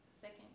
second